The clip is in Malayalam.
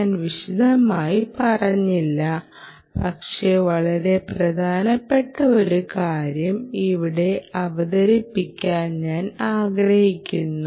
ഞാൻ വിശദമായി പറഞ്ഞില്ല പക്ഷേ വളരെ പ്രധാനപ്പെട്ട ഒരു കാര്യം ഇവിടെ അവതരിപ്പിക്കാൻ ഞാൻ ആഗ്രഹിക്കുന്നു